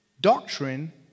doctrine